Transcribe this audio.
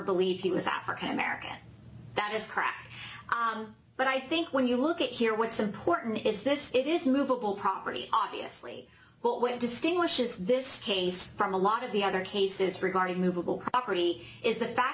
believe he was at work in america that is correct but i think when you look at here what's important is this it is movable property obviously what went distinguishes this case from a lot of the other cases regarding movable property is the fact